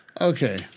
Okay